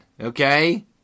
Okay